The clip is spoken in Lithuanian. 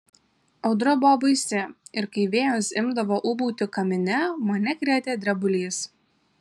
audra buvo baisi ir kai vėjas imdavo ūbauti kamine mane krėtė drebulys